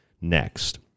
next